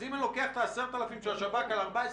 אז אם אני לוקח את ה-10,000 של השב"כ על ה-14